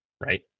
right